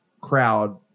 crowd